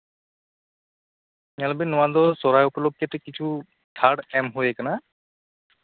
ᱧᱮᱞᱵᱮᱱ ᱱᱚᱣᱟ ᱫᱚ ᱥᱚᱨᱦᱟᱭ ᱩᱯᱚᱞᱚᱠᱠᱷᱮ ᱠᱤᱪᱷᱩ ᱪᱷᱟᱲ ᱮᱢ ᱦᱩᱭ ᱠᱟᱱᱟ